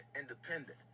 independent